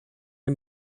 and